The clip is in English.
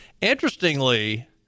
Interestingly